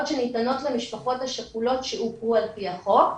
שניתנות למשפחות השכולות שהוכרו על פי החוק,